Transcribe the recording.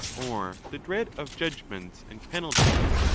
or the dread of judgments and penalties,